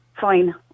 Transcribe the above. fine